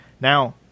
Now